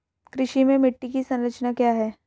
कृषि में मिट्टी की संरचना क्या है?